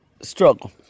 struggle